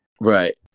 Right